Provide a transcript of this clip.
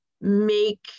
make